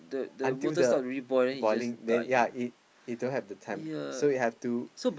until the boiling then yea it you don't have the time so you have to